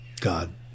God